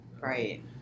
Right